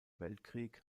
weltkrieg